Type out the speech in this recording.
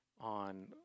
on